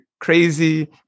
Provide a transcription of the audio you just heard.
crazy